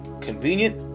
convenient